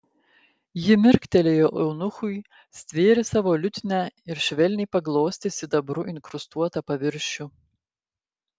ji mirktelėjo eunuchui stvėrė savo liutnią ir švelniai paglostė sidabru inkrustuotą paviršių